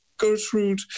Gertrude